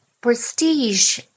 prestige